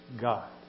God